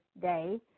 day